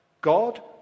God